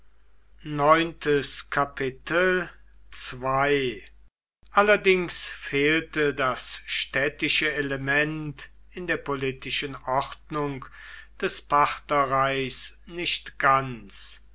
allerdings fehlte das städtische element in der politischen ordnung des partherreichs nicht ganz